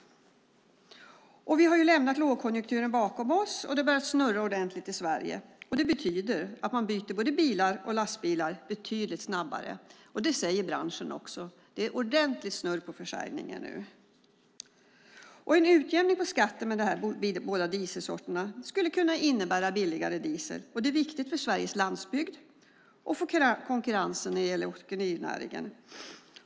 Vi har lämnat lågkonjunkturen bakom oss, och det börjar snurra ordentligt i Sverige. Det betyder att man byter både bilar och lastbilar betydligt snabbare. Det säger branschen också; det är ordentlig snurr på försäljningen nu. En utjämning av skatten mellan dessa båda dieselsorter skulle kunna innebära billigare diesel. Det är viktigt för Sveriges landsbygd och för konkurrensen när det gäller åkerinäringen.